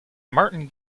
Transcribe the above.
martin